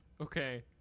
Okay